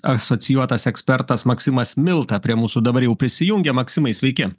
asocijuotas ekspertas maksimas milta prie mūsų dabar jau prisijungė maksimai sveiki